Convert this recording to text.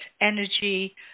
energy